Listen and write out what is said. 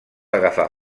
agafar